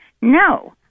No